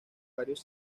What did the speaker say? varios